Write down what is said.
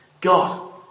God